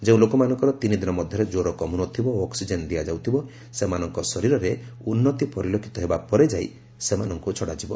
ଯେଉଁ ଲୋକମାନଙ୍କର ତିନିଦିନ ମଧ୍ୟରେ ଜ୍ୱର କମୁନଥିବ ଓ ଅକ୍ନିଜେନ୍ ଦିଆଯାଉଥିବ ସେମାନଙ୍କ ଶରୀରରେ ଉନ୍ନତି ପରିଲକ୍ଷିତ ହେବା ପରେ ଯାଇ ସେମାନଙ୍କୁ ଛଡ଼ାଯିବ